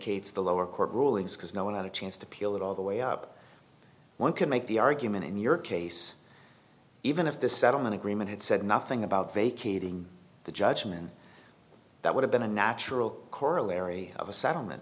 vacates the lower court rulings because no one had a chance to peel it all the way up one can make the argument in your case even if this settlement agreement had said nothing about vacating the judgment that would have been a natural corollary of a settlement